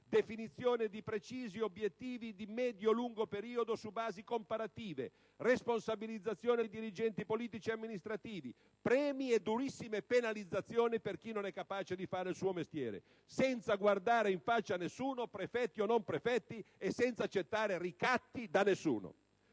definizione di precisi obiettivi di medio-lungo periodo su basi comparative, responsabilizzazione dei dirigenti politici e amministrativi, premi per chi merita e durissime penalizzazioni per chi non è capace di fare il suo mestiere. Senza guardare in faccia nessuno, prefetti o non prefetti, e senza accettare ricatti da nessuno.